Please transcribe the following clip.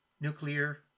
nuclear